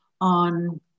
on